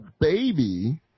baby